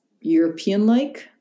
European-like